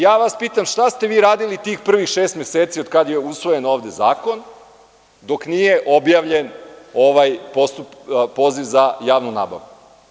Ja vas pitam – šta ste vi radili tih prvih šest meseci od kad je usvojen ovde zakon dok nije objavljen ovaj poziv za javnu nabavku?